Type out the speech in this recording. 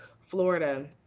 Florida